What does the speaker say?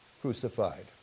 crucified